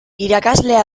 irakaslea